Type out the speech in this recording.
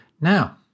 Now